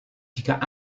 jika